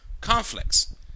conflicts